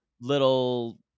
little